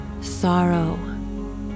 sorrow